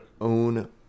own